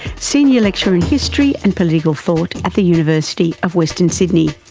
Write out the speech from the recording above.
senior lecturer in history and political thought at the university of western sydney,